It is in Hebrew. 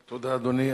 תודה, אדוני.